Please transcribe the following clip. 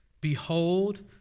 Behold